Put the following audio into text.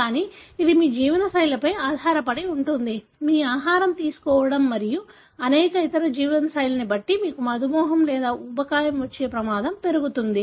కానీ ఇది మీ జీవనశైలిపై ఆధారపడి ఉంటుంది మీ ఆహారం తీసుకోవడం మరియు అనేక ఇతర జీవనశైలిని బట్టి మీకు మధుమేహం లేదా ఊబకాయం వచ్చే ప్రమాదం పెరుగుతుంది